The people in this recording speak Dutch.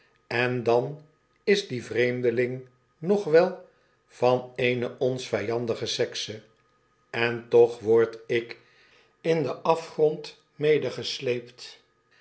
en dan is die vreemdeling rlog wel van eene ons vyandige sekse en toch word ik in den afgrond